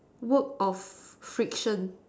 work of friction